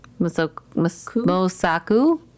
Mosaku